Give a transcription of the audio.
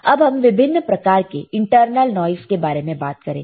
अब हम विभिन्न प्रकार के इंटरनल नॉइस के बारे में बात करेंगे